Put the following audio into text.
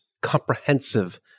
comprehensive